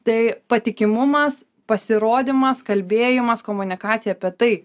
tai patikimumas pasirodymas kalbėjimas komunikacija apie tai